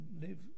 live